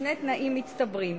בשני תנאים מצטברים.